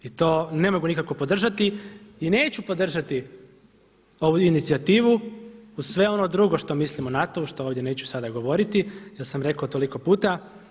I to ne mogu nikako podržati i neću podržati ovu inicijativu uz sve ono drugo što mislim o NATO-u što ovdje neću sada govoriti jer sam rekao toliko puta.